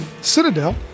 Citadel